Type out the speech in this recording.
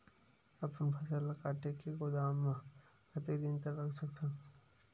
अपन फसल ल काट के गोदाम म कतेक दिन तक रख सकथव?